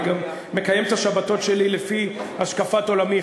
אני גם מקיים את השבתות שלי לפי השקפת עולמי,